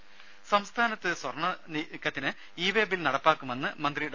രുമ സംസ്ഥാനത്ത് സ്വർണനീക്കത്തിന് ബിൽ ഇ വേ നടപ്പാക്കുമെന്ന് മന്ത്രി ഡോ